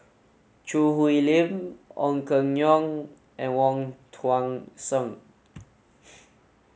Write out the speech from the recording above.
Choo Hwee Lim Ong Keng Yong and Wong Tuang Seng